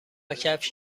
کفش